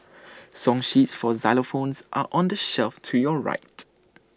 song sheets for xylophones are on the shelf to your right